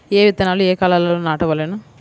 ఏ విత్తనాలు ఏ కాలాలలో నాటవలెను?